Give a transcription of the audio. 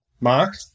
Mark